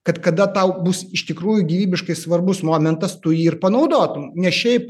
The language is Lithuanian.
kad kada tau bus iš tikrųjų gyvybiškai svarbus momentas tu jį ir panaudotum ne šiaip